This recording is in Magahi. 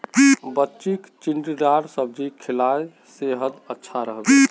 बच्चीक चिचिण्डार सब्जी खिला सेहद अच्छा रह बे